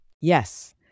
Yes